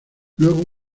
luego